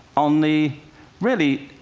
on the really